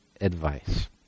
advice